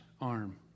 arm